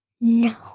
No